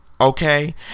okay